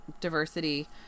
diversity